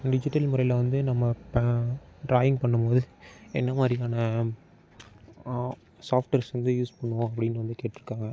digital முறையில் வந்து நம்ம ப ட்ராயிங் பண்ணும்போது என்ன மாதிரியான சாஃப்ட்வேர்ஸ் வந்து யூஸ் பண்ணுவோம் அப்படின்னு வந்து கேட்டிருக்காங்க